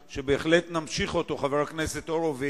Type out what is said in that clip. שיש חילוקי דעות כאלה ואחרים לגבי עצם העניין,